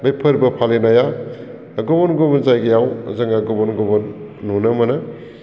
बे फोरबो फालिनाया गुबुन गुबुन जायगायाव जोङो गुबुन गुबुन नुनो मोनो